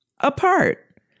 apart